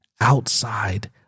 outside